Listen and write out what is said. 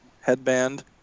headband